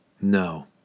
No